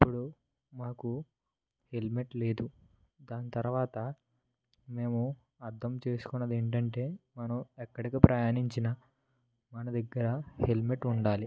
అప్పుడు మాకు హెల్మెట్ లేదు తరువాత మేము అర్థం చేసుకున్నది ఏంటంటే మనం ఎక్కడికి ప్రయాణించినా మన దగ్గర హెల్మెట్ ఉండాలి